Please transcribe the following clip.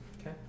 Okay